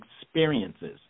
experiences